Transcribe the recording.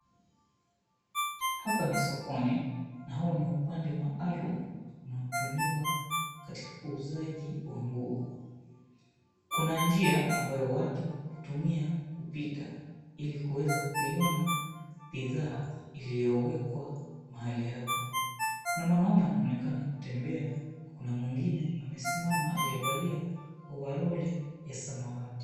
Hapa ni sokoni, na huu ni upande maalum inayotumiwa katika uuzaji wa nguo. Kuna njia ambayo watu hutumia kupita ili kuweza kuiona bidhaa iliyowekwa mahali hapo. Kuna mwanaume anaonekana kutembea na kuna mwengine amesimama aliyevalia ovaroli ya samawati.